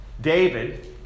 david